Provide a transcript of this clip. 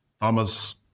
Thomas